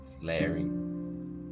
flaring